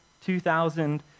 2,000